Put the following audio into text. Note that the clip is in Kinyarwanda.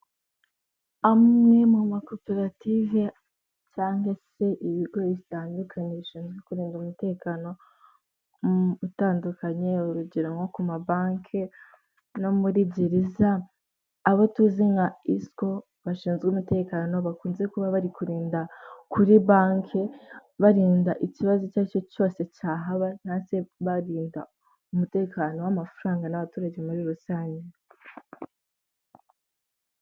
Amwe mu makoperative cyangwa se ibigo bitandukanye bishinzwe kurinda umutekano utandukanye urugero nko ku mabanki no muri gereza abo tuzi nka isiko bashinzwe umutekano bakunze kuba bari kurinda kuri banki barinda ikibazo icyo ari cyo cyose cyahaba cyangwa se barinda umutekano w'amafaranga n'abaturage muri rusange.